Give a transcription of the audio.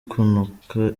kunuka